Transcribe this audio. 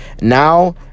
Now